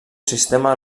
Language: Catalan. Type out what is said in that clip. sistema